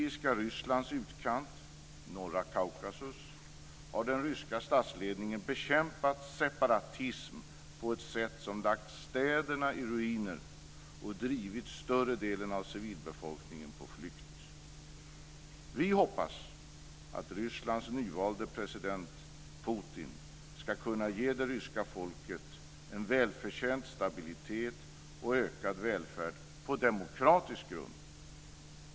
I har den ryska statsledningen bekämpat separatism på ett sätt som lagt städerna i ruiner och drivit större delen av civilbefolkningen på flykt. Vi hoppas att Rysslands nyvalde president Putin ska kunna ge det ryska folket en välförtjänt stabilitet och ökad välfärd på demokratisk grund.